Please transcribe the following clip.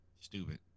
stupid